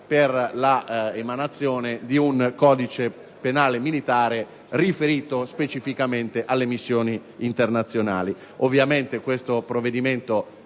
per la emanazione di un codice penale militare riferito specificamente alle missioni internazionali.